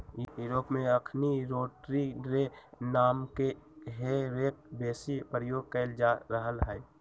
Europe में अखनि rotary रे नामके हे रेक बेशी प्रयोग कएल जा रहल हइ